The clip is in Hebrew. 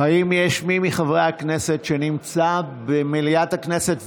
האם יש מי מחברי הכנסת שנמצא במליאת הכנסת,